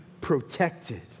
protected